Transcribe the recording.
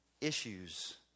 issues